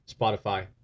Spotify